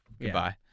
goodbye